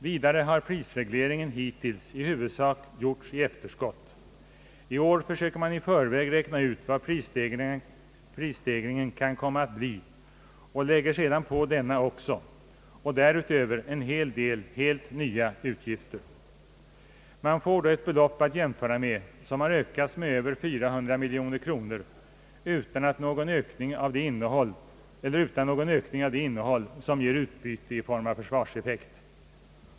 Vidare har prisregleringen hittills i huvudsak gjorts i efterskott, i år försöker man i förväg räkna ut vad prisstegringen kommer att bli och lägger sedan på denna också, och därutöver en hel del helt nya utgifter. Man får då ett belopp att jämföra med som har ökats med 400 miljoner kronor utan någon ökning av det innehåll som ger utbyte i form av försvarseffekt.